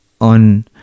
on